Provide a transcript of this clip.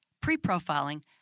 pre-profiling